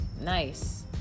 Nice